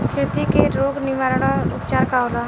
खेती के रोग निवारण उपचार का होला?